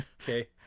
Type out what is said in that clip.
okay